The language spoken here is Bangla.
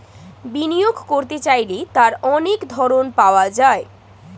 বিনিয়োগ করতে চাইলে তার অনেক ধরন পাওয়া যায়